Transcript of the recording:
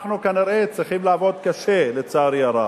אנחנו כנראה צריכים לעבוד קשה, לצערי הרב.